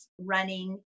running